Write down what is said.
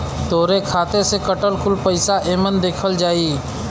तोहरे खाते से कटल कुल पइसा एमन देखा जाई